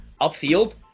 upfield